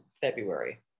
February